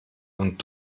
und